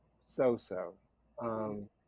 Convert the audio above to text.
so-so